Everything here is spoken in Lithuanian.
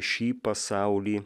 šį pasaulį